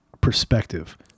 perspective